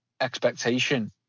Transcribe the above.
expectation